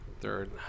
third